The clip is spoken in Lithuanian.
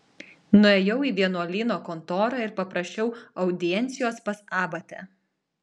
nuėjau į vienuolyno kontorą ir paprašiau audiencijos pas abatę